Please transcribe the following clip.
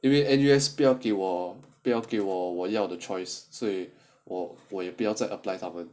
因为 N_U_S 不要给我不要给我我要的 choice 所以我不要我也不要再 apply 他们